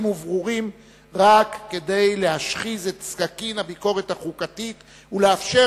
וברורים רק כדי להשחיז את סכין הביקורת החוקתית ולאפשר